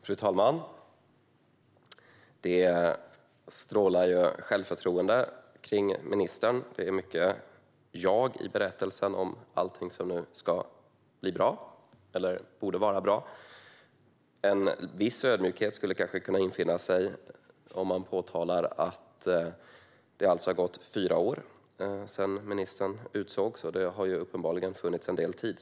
Fru talman! Ministern utstrålar självförtroende. Det är mycket "jag" i berättelsen om allt som nu ska bli bra eller borde vara bra. En viss ödmjukhet skulle kanske kunna infinna sig om man påpekar att det alltså har gått fyra år sedan ministern utsågs, och det har uppenbarligen funnits en del tid.